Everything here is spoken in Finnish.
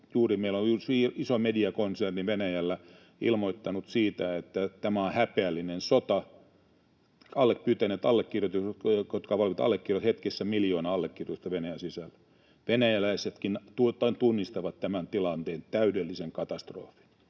Juuri meillä on yksi iso mediakonserni Venäjällä ilmoittanut siitä, että tämä on häpeällinen sota, pyytäneet allekirjoituksia — hetkessä miljoonaa allekirjoitusta Venäjän sisällä. Venäläisetkin tunnistavat tämän tilanteen, täydellisen katastrofin.